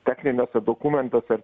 techniniuose dokumentuose